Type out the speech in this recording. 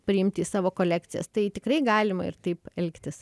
priimti į savo kolekcijas tai tikrai galima ir taip elgtis